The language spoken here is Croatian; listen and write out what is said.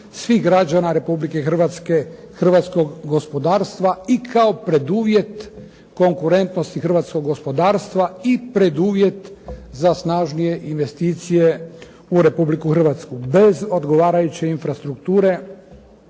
svih građana Republike Hrvatske, hrvatskog gospodarstva i kao preduvjet konkurentnosti hrvatskog gospodarstva i preduvjet za snažnije investicije u Republiku Hrvatsku. Bez odgovarajuće infrastrukture